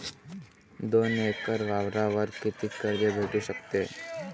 दोन एकर वावरावर कितीक कर्ज भेटू शकते?